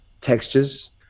textures